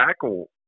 tackle